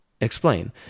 explain